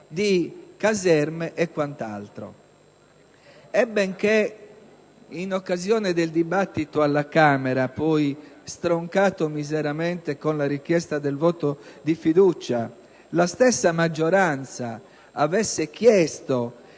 di caserme e quant'altro. Inoltre, benché in occasione del dibattito alla Camera (poi stroncato miseramente con la richiesta del voto di fiducia) la stessa maggioranza avesse chiesto